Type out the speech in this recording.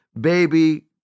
baby